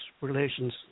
relations